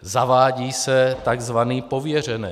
Zavádí se tzv. pověřenec.